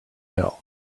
hill